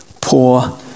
poor